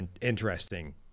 interesting